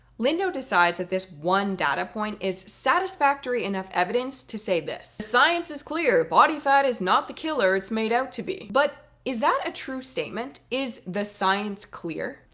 lindo decides that this one data point is satisfactory enough evidence to say this, science is clear, body fat is not the killer it's made out to be. but is that a true statement? is the science clear?